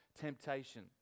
temptation